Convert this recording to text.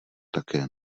také